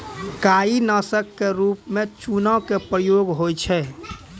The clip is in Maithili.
काई नासक क रूप म चूना के प्रयोग होय छै